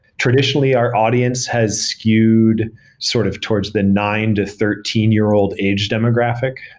traditionally, our audience has skewed sort of towards the nine to thirteen year old age demographic.